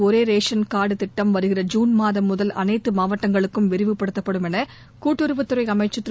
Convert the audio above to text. ஒரே ration card திட்டம் வருகிற ஜூன் மாதம் முதல் அனைத்து மாவட்டங்களுக்கும் விரிவுபடுத்தப்படும் என கூட்டுறவுத் துறை அமைச்சர் திரு